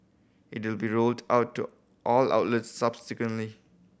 it will be rolled out to all outlets subsequently